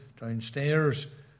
downstairs